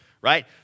right